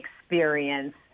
Experience